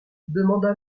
demanda